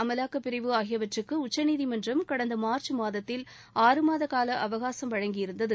அமலாக்கப் பிரிவு ஆகியவற்றுக்கு உச்சநீதிமன்றம் கடந்த மார்ச் மாதத்தில் ஆறுமாத கால அவகாசம் வழங்கியிருந்தது